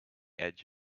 edge